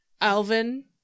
Alvin